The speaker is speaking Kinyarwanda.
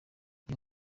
iyo